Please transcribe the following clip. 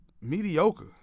mediocre